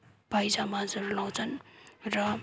पायजामाजहरू लगाउँछन् र